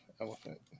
elephant